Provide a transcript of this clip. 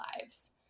lives